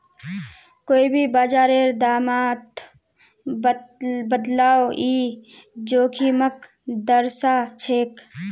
कोई भी बाजारेर दामत बदलाव ई जोखिमक दर्शाछेक